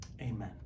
Amen